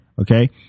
okay